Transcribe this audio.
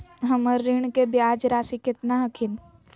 हमर ऋण के ब्याज रासी केतना हखिन?